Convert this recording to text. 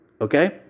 Okay